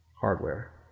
hardware